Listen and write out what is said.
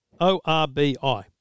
O-R-B-I